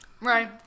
Right